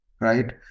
right